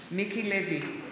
מיקי לוי,